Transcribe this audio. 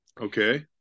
Okay